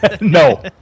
No